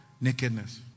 nakedness